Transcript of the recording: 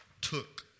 took